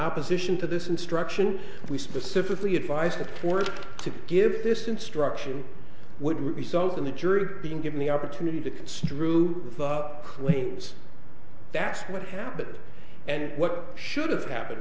opposition to this instruction we specifically advice that order to give this instruction would result in the jury being given the opportunity to construe claims that's what happened and what should've happened